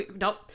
Nope